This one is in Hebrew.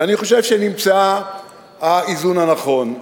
ואני חושב שנמצא האיזון הנכון.